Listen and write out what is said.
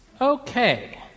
Okay